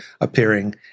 appearing